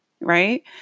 Right